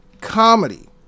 comedy